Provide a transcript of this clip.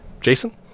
Jason